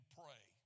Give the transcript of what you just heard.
pray